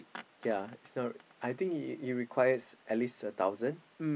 ya so I think it it requires at least a thousand